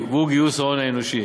הוא גיוס ההון האנושי.